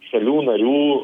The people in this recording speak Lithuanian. šalių narių